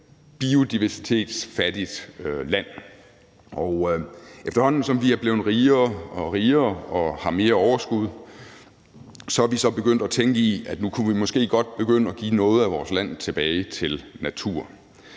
biodiversitetsfattigt land, og efterhånden som vi er blevet rigere og rigere og har fået mere overskud, er vi så begyndt at tænke i, at vi nu måske godt kunne begynde at give noget af vores land tilbage til naturen.